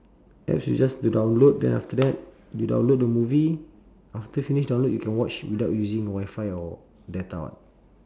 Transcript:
apps you just you download then after that you download the movie after finish download you can watch without using wifi or data [what]